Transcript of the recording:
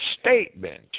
statement